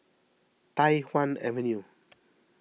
Tai Hwan Avenue